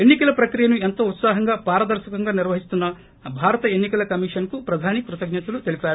ఎన్ని కల ప్రక్రియను ఎంతో ఉత్పాహంగా పారదర్శకంగా నిర్వహిస్తున్న భారత ఎన్ని కల కమిషన్కు ప్రధాని కృతజ్ఞతలు చెప్పారు